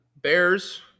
Bears